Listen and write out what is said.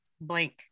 blank